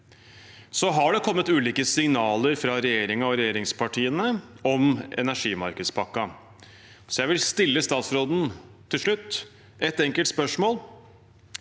Det har kommet ulike signaler fra regjeringen og regjeringspartiene om energimarkedspakken, så jeg vil stille statsråden et enkelt spørsmål